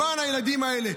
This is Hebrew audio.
למען הילדים האלה,